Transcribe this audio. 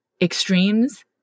extremes